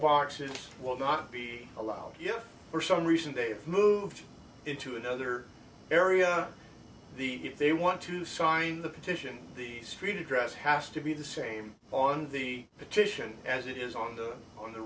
box it will not be allowed if for some reason they've moved into another area the if they want to sign the petition the street address has to be the same on the petition as it is on the on the